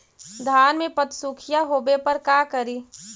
धान मे पत्सुखीया होबे पर का करि?